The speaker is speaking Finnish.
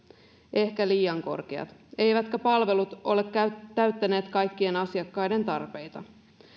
ehkä liian korkeat eivätkä palvelut ole täyttäneet kaikkien asiakkaiden tarpeita